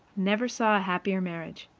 never saw a happier marriage.